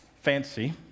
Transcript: fancy